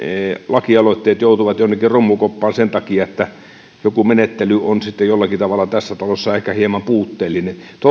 lakialoitteet joutuvat jonnekin romukoppaan sen takia että joku menettely on sitten jollakin tavalla tässä talossa ehkä hieman puutteellinen